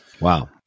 Wow